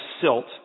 silt